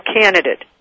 candidate